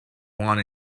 want